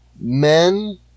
Men